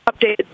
updated